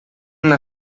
una